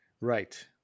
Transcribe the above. Right